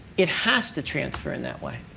it has to transfer in that way.